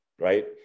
right